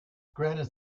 granite